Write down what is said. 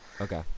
Okay